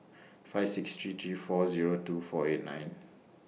five six three three four Zero two four eight nine